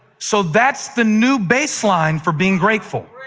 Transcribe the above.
so that's the new baseline for being grateful.